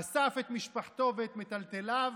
אסף את משפחתו ואת מטלטליו